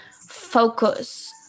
focus